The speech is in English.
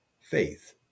faith